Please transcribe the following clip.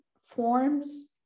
forms